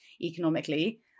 economically